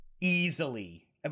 easily